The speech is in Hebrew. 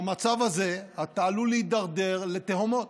במצב הזה אתה עלול להידרדר לתהומות.